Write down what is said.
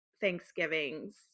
Thanksgivings